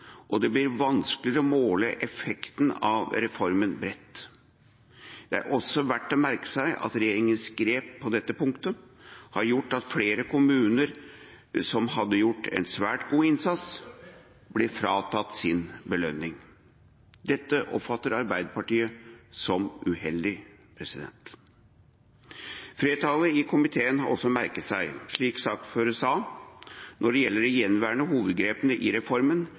og det blir vanskeligere å måle effekten av reformen bredt. Det er også verdt å merke seg at regjeringens grep på dette punktet har gjort at flere kommuner, som hadde gjort en svært god innsats, ble fratatt sin belønning. Dette oppfatter Arbeiderpartiet som uheldig. Flertallet i komiteen har også merket seg, slik saksordfører sa, når det gjelder det gjenværende hovedgrepet i reformen,